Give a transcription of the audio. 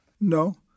No